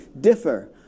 differ